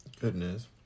Goodness